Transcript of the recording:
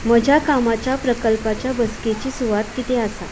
म्हज्या कामाच्या प्रकल्पाच्या बसकेची सुवात कितें आसा